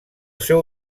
seu